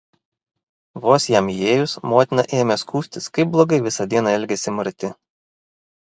vos jam įėjus motina ėmė skųstis kaip blogai visą dieną elgėsi marti